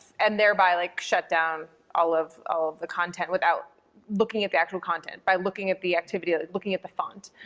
and thereby, like, shutdown, all of of the content without looking at the actual content by looking at the activity, like looking at the font,